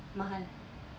mahal